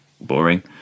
boring